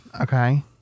okay